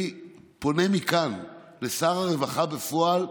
אני פונה מכאן לשר הרווחה בפועל,